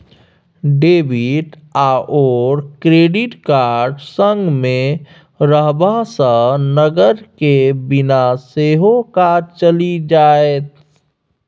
debit आओर credit card संगमे रहबासँ नगद केर बिना सेहो काज चलि जाएत